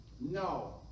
No